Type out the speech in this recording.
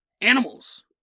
Animals